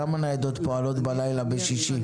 כמה ניידות פועלות בלילה בשישי?